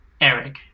Eric